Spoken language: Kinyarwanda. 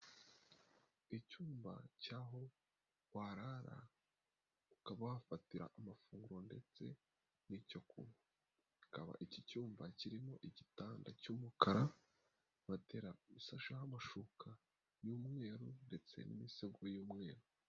Icyumba cy'aho warara ukabahafatira amafunguro ndetse n'icyo kunywa, hakaba iki cyumba kirimo igitanda cy'umukara, mtera ishasheho amashuka y'umweru, ndetse n'imisego y'umweru.